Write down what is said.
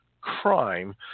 crime